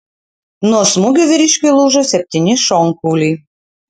nuo smūgių vyriškiui lūžo septyni šonkauliai